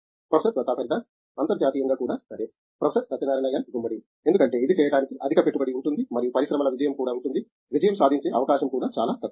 professor Pratap Haridas అంతర్జాతీయంగా కూడా సరే ప్రొఫెసర్ సత్యనారాయణ ఎన్ గుమ్మడి ఎందుకంటే ఇది చేయటానికి అధిక పెట్టుబడి ఉంటుంది మరియు పరిశ్రమల విజయం కూడా ఉంటుంది విజయం సాధించే అవకాశం కూడా చాలా తక్కువ